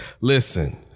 Listen